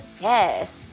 yes